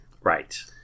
Right